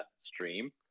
stream